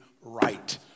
right